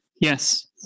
Yes